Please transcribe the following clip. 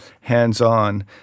hands-on